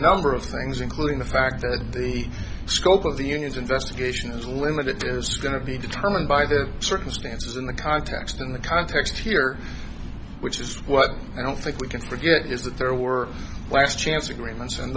number of things including the fact that the scope of the union's investigation is limited it is going to be determined by the circumstances in the context in the context here which is what i don't think we can forget is that there were last chance agreements and